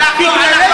בגללנו?